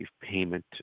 payment